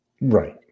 Right